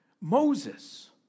Moses